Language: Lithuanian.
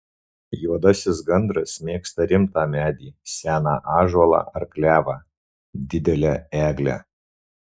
juodasis gandras mėgsta rimtą medį seną ąžuolą ar klevą didelę eglę